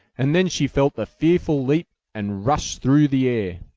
and then she felt the fearful leap and rush through the air.